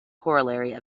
corollary